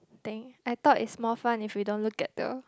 thing I thought is more fun if we don't look at the